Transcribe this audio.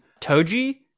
toji